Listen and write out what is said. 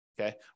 okay